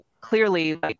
clearly